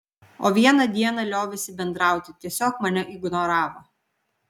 o vieną dieną liovėsi bendrauti tiesiog mane ignoravo